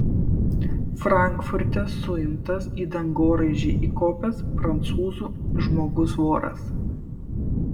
frankfurte suimtas į dangoraižį įkopęs prancūzų žmogus voras